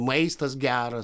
maistas geras